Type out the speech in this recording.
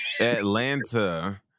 Atlanta